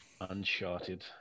Uncharted